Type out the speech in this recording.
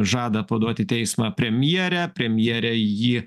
žada paduot į teismą premjerę premjerė jį